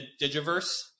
digiverse